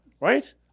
Right